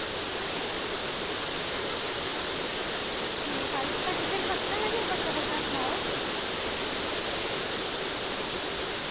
ठीक कल तक फिर पक्का ना पक्का पक्का सनाओ